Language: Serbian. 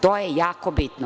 To je jako bitno.